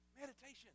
Meditation